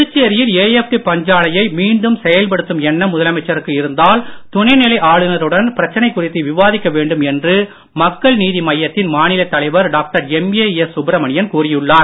புதுச்சேரியில் ஏஎப்டி பஞ்சாலையை மீண்டும் செயல்படுத்தும் எண்ணம் முதலமைச்சருக்கு இருந்தால் துணைநிலை ஆளுநருடன் பிரச்சனை குறித்து விவாதிக்க வேண்டும் என்று மக்கள் நீதிமய்யத்தின் மாநிலத் தலைவர் டாக்டர் எம்ஏஎஸ் சுப்ரமணியன் கூறியுள்ளார்